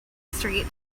street